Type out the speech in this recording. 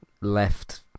left